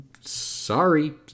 sorry